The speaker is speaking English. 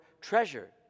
treasure